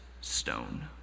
stone